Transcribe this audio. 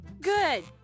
Good